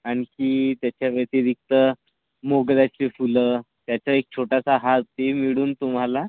आणखी त्याच्या व्यतिरिक्त मोगऱ्याचे फुलं त्याचा एक छोटासा हार ते मिळून तुम्हाला